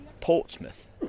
Portsmouth